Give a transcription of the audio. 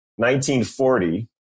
1940